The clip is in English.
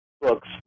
books